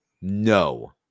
No